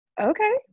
Okay